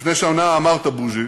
לפני שנה אמרת, בוז'י,